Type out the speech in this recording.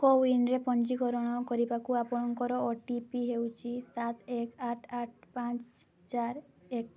କୋୱିନ୍ରେ ପଞ୍ଜୀକରଣ କରିବାକୁ ଆପଣଙ୍କର ଓ ଟି ପି ହେଉଛି ସାତ ଏକ ଆଠ ଆଠ ପାଞ୍ଚ ଚାର ଏକ